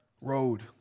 road